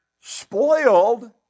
spoiled